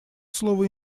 слово